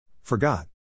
Forgot